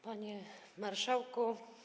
Panie Marszałku!